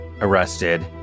arrested